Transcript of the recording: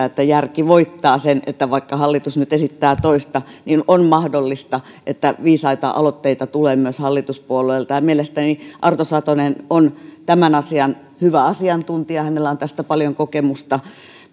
että järki voittaa eli vaikka hallitus nyt esittää toista niin on mahdollista että viisaita aloitteita tulee myös hallituspuolueilta mielestäni arto satonen on tämän asian hyvä asiantuntija hänellä on tästä paljon kokemusta